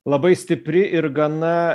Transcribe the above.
labai stipri ir gana